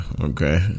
okay